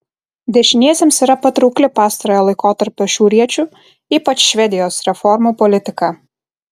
dešiniesiems yra patraukli pastarojo laikotarpio šiauriečių ypač švedijos reformų politika